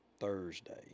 Thursday